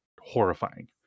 horrifying